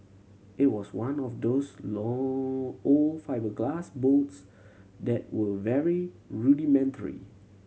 it was one of those low old fibreglass boats that were very rudimentary